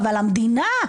אבל המדינה,